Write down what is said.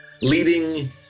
leading